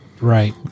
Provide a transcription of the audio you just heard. Right